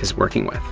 is working with.